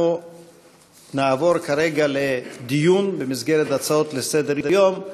אנחנו נעבור כרגע לדיון במסגרת הצעות לסדר-היום.